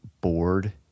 bored